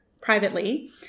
privately